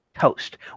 toast